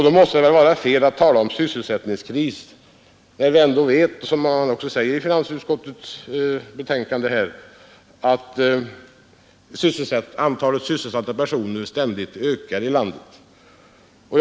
Då måste det vara fel att tala om sysselsättningskris, när vi vet — vilket också framhålles i finansutskottets förevarande betänkande — att antalet totalt sysselsatta personer i landet fortsätter att öka.